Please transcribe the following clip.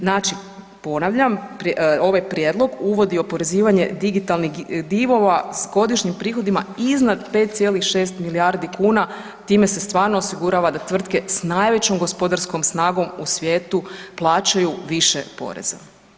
Znači ponavljam, ovaj prijedlog uvodi oporezivanje digitalnih divova s godišnjim prihodima iznad 5,6 milijardi kuna, time se stvarno osigurava da tvrtke s najvećom gospodarskom snagom u svijetu plaćaju više poreza.